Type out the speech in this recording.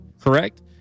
Correct